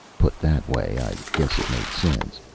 put that way, i guess it made sense.